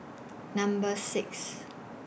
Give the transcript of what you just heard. Number six